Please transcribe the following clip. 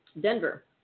Denver